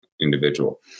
individual